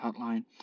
hotline